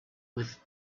with